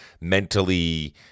mentally